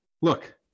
look